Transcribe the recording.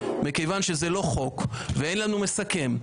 מכיוון שזה לא חוק ואין לנו מסכם,